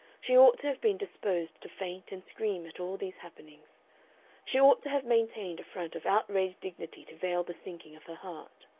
she ought to have been disposed to faint and scream at all these happenings she ought to have maintained a front of outraged dignity to veil the sinking of her heart.